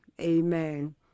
Amen